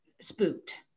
spooked